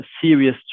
serious